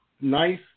nice